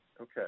Okay